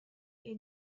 est